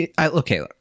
okay